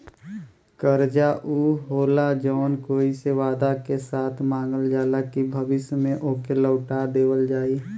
कर्जा ऊ होला जौन कोई से वादा के साथ मांगल जाला कि भविष्य में ओके लौटा देवल जाई